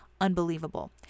unbelievable